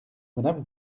madame